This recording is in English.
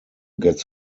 gets